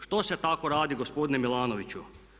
Što se tako radi, gospodine Milanoviću?